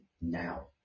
now